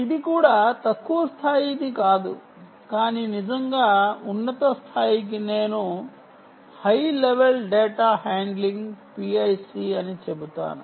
ఇది కూడా తక్కువ స్థాయికి కాదు కానీ నిజంగా ఉన్నత స్థాయికి నేను high level data handling PIC అని చెబుతాను